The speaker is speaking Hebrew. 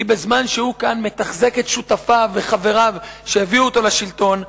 כי בזמן שהוא מתחזק כאן את שותפיו ואת חבריו שהביאו אותו לשלטון,